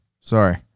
Sorry